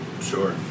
Sure